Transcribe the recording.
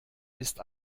ist